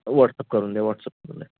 WhatsApp करून द्या WhatsApp करून द्या